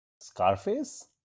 Scarface